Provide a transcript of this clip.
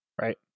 Right